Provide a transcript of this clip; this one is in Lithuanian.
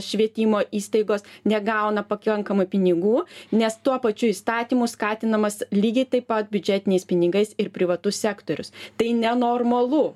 švietimo įstaigos negauna pakankamai pinigų nes tuo pačiu įstatymu skatinamas lygiai taip pat biudžetiniais pinigais ir privatus sektorius tai nenormalu